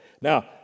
Now